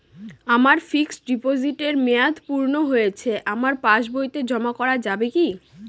আমার ফিক্সট ডিপোজিটের মেয়াদ পূর্ণ হয়েছে আমার পাস বইতে জমা করা যাবে কি?